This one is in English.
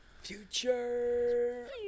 Future